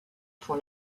pour